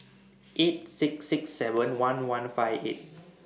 eight six six seven one one five eight